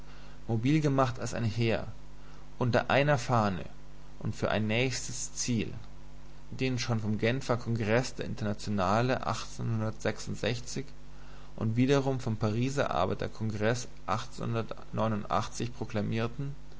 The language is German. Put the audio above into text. mobil gemacht als ein heer unter einer fahne und für ein nächstes ziel den schon vom genfer kongreß der internationale und wiederum vom pariser arbeiterkongreß proklamierten